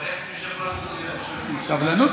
תברך "מי שבירך" סבלנות.